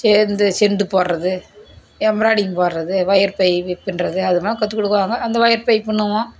சேர்ந்து சிந்து போடுறது எம்ராய்டிங் போடுறது வயர் பை பின்னுறது அது மாதிரி கற்றுக் கொடுக்குவாங்க அந்த வயர் பை பின்னுவோம்